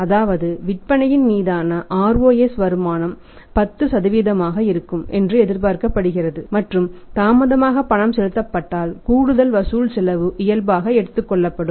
அதாவது இது விற்பனையின் மீதான ROS வருமானம் 10 ஆக இருக்கும் என்று எதிர்பார்க்கப்படுகிறது மற்றும் தாமதமாக பணம் செலுத்தப்பட்டால் கூடுதல் வசூல் செலவு இயல்பாக எடுத்துக் கொள்ளப்படும்